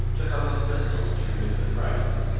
took out his pistols to renew the priming.